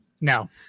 no